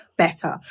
better